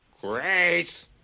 Grace